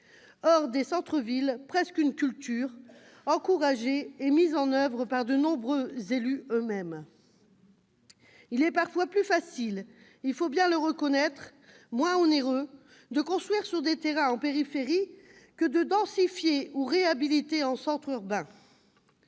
hors des centres-villes, une culture, presque, encouragée et mise en oeuvre par de nombreux élus eux-mêmes. Il est parfois plus facile et moins onéreux, il faut le reconnaître, de construire sur des terrains en périphérie que de densifier ou réhabiliter en centre urbain.